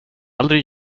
aldrig